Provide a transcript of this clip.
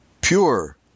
pure